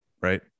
right